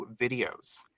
videos